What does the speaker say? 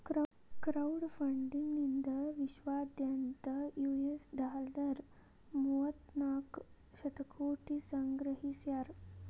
crowd funding ನಿಂದಾ ವಿಶ್ವದಾದ್ಯಂತ್ US dollar ಮೂವತ್ತನಾಕ ಶತಕೋಟಿ ಸಂಗ್ರಹಿಸ್ಯಾರ